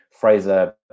Fraser